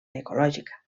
ecològica